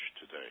today